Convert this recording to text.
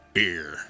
beer